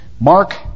Mark